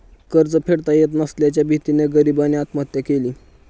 कर्ज फेडता येत नसल्याच्या भीतीने गरीबाने आत्महत्या केली